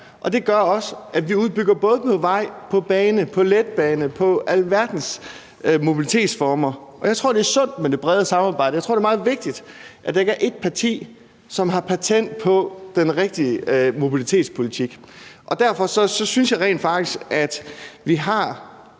Det gør også, at vi udbygger både på vej, på bane og på letbane – på alverdens mobilitetsformer. Og jeg tror, at det er sundt med det brede samarbejde. Jeg tror, det er meget vigtigt, at der ikke er ét parti, som har patent på den rigtige mobilitetspolitik. Derfor synes jeg rent faktisk, at vi har